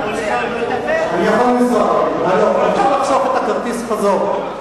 אתה רוצה, ואז אני אחסוך את הכרטיס חזור.